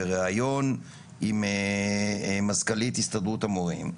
בראיון עם מזכ"לית הסתדרות המורים,